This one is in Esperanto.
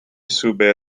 sube